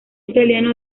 italiano